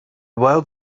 world